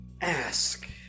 ask